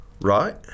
right